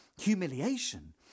humiliation